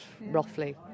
roughly